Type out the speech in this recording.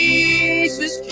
Jesus